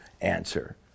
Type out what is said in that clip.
answer